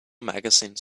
magazine